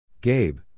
Gabe